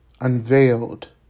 unveiled